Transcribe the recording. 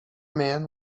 man